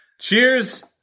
Cheers